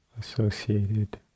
associated